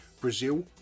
Brazil